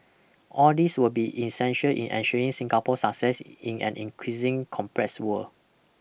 all these will be essential in ensuring Singapore's success in an increasing complex world